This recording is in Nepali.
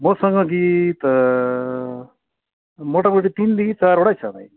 मसँग गीत मोटामोटी तिनदेखि चारवटै छ भाइ